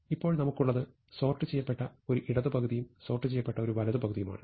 ഇപ്പോൾ നമുക്കുള്ളത് സോർട്ട് ചെയ്യപ്പെട്ട ഒരു ഇടത് പകുതിയും സോർട്ട് ചെയ്യപ്പെട്ട ഒരു വലത് പകുതിയുമാണ്